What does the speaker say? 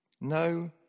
No